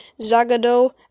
Zagado